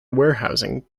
warehousing